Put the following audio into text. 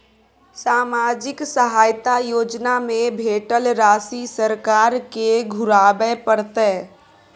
सामाजिक सहायता योजना में भेटल राशि सरकार के घुराबै परतै?